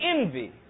envy